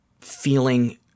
feeling